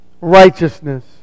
righteousness